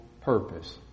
purpose